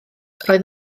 roedd